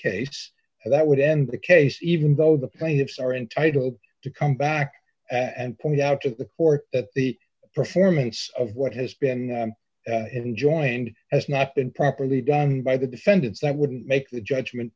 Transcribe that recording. and that would end the case even though the plaintiffs are entitled to come back and point out to the court at the performance of what has been enjoined has not been properly done by the defendants that wouldn't make the judgment